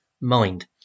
mind